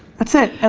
that's it. and